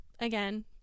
again